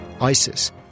ISIS